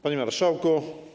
Panie Marszałku!